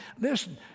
Listen